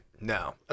No